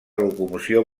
locomoció